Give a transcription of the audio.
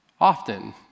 often